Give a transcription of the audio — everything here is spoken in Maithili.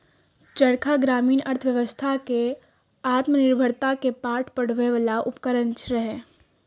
चरखा ग्रामीण अर्थव्यवस्था कें आत्मनिर्भरता के पाठ पढ़बै बला उपकरण रहै